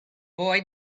boy